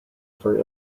for